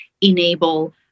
enable